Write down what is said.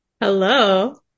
Hello